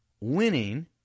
winning